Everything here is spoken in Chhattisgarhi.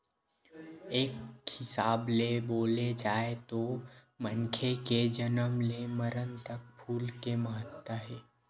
एक हिसाब ले बोले जाए तो मनखे के जनम ले मरन तक फूल के महत्ता हे